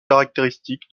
caractéristiques